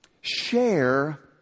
share